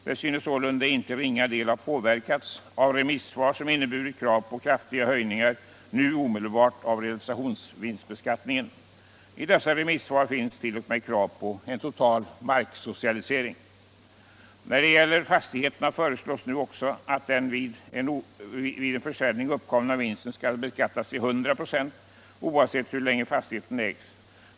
Den synes sålunda i inte ringa del ha påverkats av remissvar som inneburit krav på kraftiga höjningar nu omedelbart av realisationsvinstbeskattningen. I dessa remissvar finns t.o.m. krav på total marksocialisering. När det gäller fastigheterna föreslås nu också att den vid en försäljning uppkomna vinsten beskattas till 100 96, oavsett hur länge fastigheten ägts.